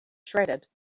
shredded